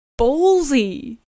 ballsy